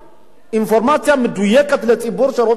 אינפורמציה מדויקת לציבור שרוצה לדעת.